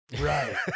Right